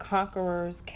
Conqueror's